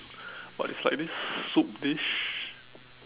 but it's like this soup dish